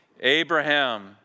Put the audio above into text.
Abraham